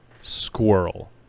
squirrel